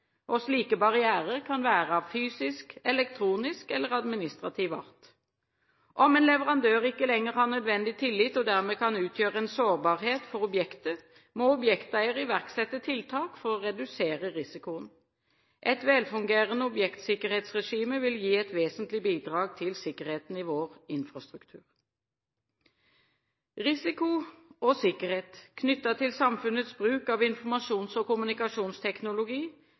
Slike barrierer kan være av fysisk, elektronisk eller administrativ art. Om en leverandør ikke lenger har nødvendig tillit og dermed kan utgjøre en sårbarhet for objektet, må objekteier iverksette tiltak for å redusere risikoen. Et velfungerende objektsikkerhetsregime vil gi et vesentlig bidrag til sikkerheten i vår infrastruktur. Risiko og sikkerhet knyttet til samfunnets bruk av informasjons- og kommunikasjonsteknologi